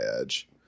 edge